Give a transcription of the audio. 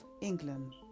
England